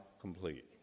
complete